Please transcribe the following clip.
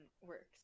works